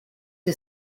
que